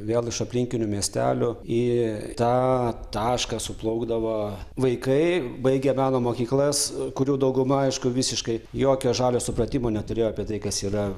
vėl iš aplinkinių miestelių į tą tašką suplaukdavo vaikai baigę meno mokyklas kurių dauguma aišku visiškai jokio žalio supratimo neturėjo apie tai kas yra